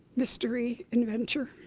mystery, adventure,